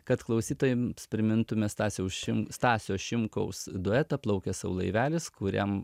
kad klausytojams primintume stasio ušin stasio šimkaus duetą plaukia sau laivelis kuriam